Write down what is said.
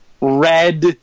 red